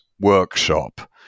workshop